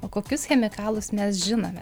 o kokius chemikalus mes žinome